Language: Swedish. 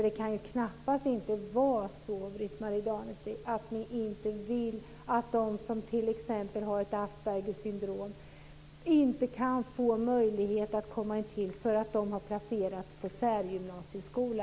Det kan knappast vara så, Britt-Marie Danestig, att ni vill att de som t.ex. har Aspergers syndrom inte kan få möjlighet att komma vidare därför att de har placerats på särgymnasieskola.